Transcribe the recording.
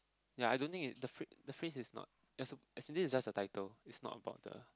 ya I don't think it the phrase the phrase is not as in as in this is just the title is not about the